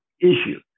issue